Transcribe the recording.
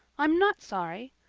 i'm not sorry.